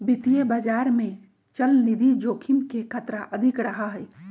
वित्तीय बाजार में चलनिधि जोखिम के खतरा अधिक रहा हई